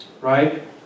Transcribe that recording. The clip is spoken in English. right